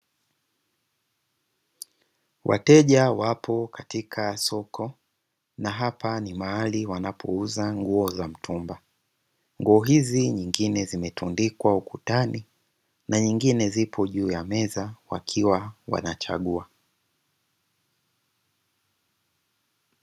Wateja wapo katika soko na hapa ni mahali wanapouza nguo za mtumba. Nguo hizi nyingine zimetundikwa ukutani na nyingine zipo juu ya meza wakiwa wanachagua.